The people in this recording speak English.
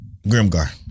Grimgar